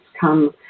come